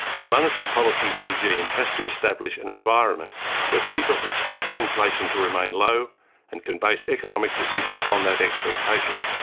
the monetary policy regime has to establish an environment where people expect inflation to remain low and can base economic decisions on that expectation,